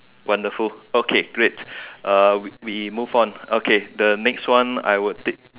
wonderful okay great uh we we move on okay the next one I would tick